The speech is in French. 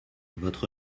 votre